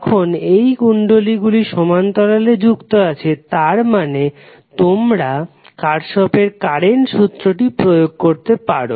যখন এই কুণ্ডলী গুলি সমান্তরালে যুক্ত আছে তার মানে তোমরা কার্শফের কারেন্ট সূত্রটি Kirchhoff's current law প্রয়োগ করতে পারো